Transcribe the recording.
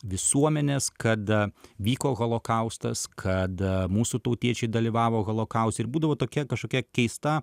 visuomenės kad vyko holokaustas kad mūsų tautiečiai dalyvavo holokauste ir būdavo tokia kažkokia keista